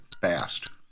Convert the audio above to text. fast